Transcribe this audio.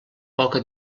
poca